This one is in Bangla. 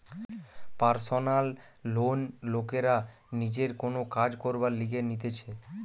পারসনাল লোন লোকরা নিজের কোন কাজ করবার লিগে নিতেছে